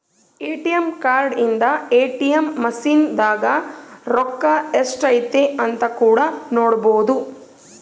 ATM card ಇಂದ ATM machine ದಾಗ ರೊಕ್ಕ ಎಷ್ಟೈತೆ ಅಂತ ಕೂಡ ನೊಡ್ಬೊದು